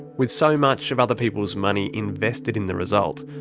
with so much of other people's money invested in the result,